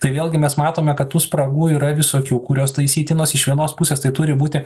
tai vėlgi mes matome kad tų spragų yra visokių kurios taisytinos iš vienos pusės tai turi būti